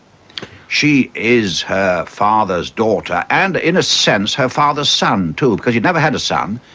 she is her father's daughter and, in a sense, her father's son too because he never had a son,